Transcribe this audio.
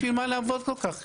בשביל מה לעבוד כל כך קשה?